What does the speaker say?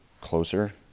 closer